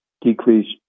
decreased